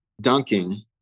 dunking